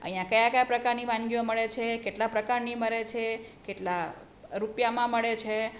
અહીંયાં કયા કયા પ્રકારની વાનગીઓ મળે છે કેટલા પ્રકારની મળે છે કેટલા રૂપિયામાં મળે છે